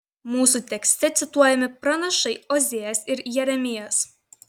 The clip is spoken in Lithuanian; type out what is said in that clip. mūsų tekste cituojami pranašai ozėjas ir jeremijas